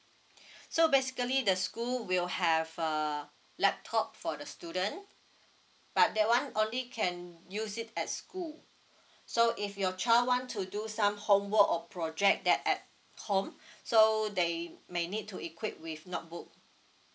so basically the school will have a laptop for the student but that one only can use it at school so if your child want to do some homework or project that at home so they may need to equip with notebook